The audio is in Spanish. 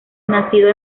nacido